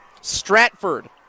Stratford